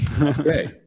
Okay